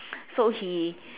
so he